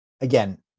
Again